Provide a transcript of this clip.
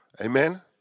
Amen